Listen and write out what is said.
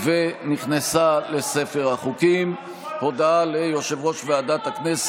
אני מוסיף את קולותיהם של חברי הכנסת